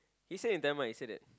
he said in Tamil he said that